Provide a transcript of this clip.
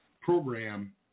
program